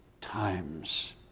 times